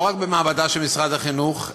לא רק במעבדה של משרד החינוך,